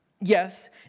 Yes